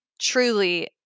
truly